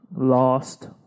lost